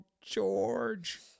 George